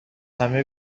همه